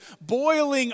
boiling